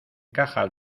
cajas